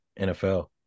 NFL